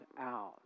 out